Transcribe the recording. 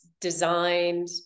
designed